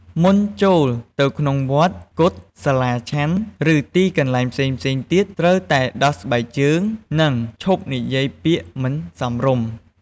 មុនចូលទៅក្នុងវត្ត កុដិ សាលាឆាន់ ឬទីកន្លែងផ្សេងៗទៀត ត្រូវតែដោះស្បែកជើង និងឈប់និយាយពាក្យមិនសមរម្យ។